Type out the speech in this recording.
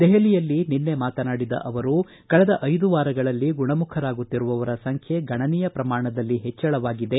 ದೆಹಲಿಯಲ್ಲಿ ನಿನ್ನೆ ಮಾತನಾಡಿದ ಅವರು ಕಳೆದ ಐದು ವಾರಗಳಲ್ಲಿ ಗುಣಮುಖರಾಗುತ್ತಿರುವವರ ಸಂಖ್ಯೆ ಗಣನೀಯ ಪ್ರಮಾಣದಲ್ಲಿ ಹೆಚ್ವಳವಾಗಿದೆ